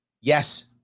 Yes